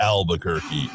Albuquerque